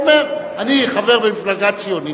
הוא אומר: אני חבר במפלגה ציונית,